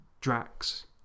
Drax